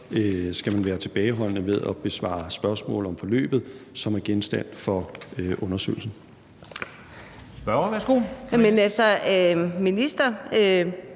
skal man være tilbageholdende med at besvare spørgsmål om forløbet, som er genstand for undersøgelsen.